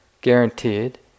guaranteed